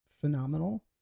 phenomenal